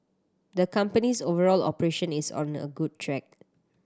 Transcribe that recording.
the company's overall operation is on a good track